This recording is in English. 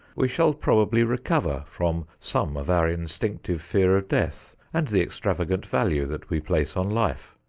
we shall probably recover from some of our instinctive fear of death and the extravagant value that we place on life.